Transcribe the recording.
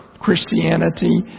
Christianity